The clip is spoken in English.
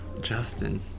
Justin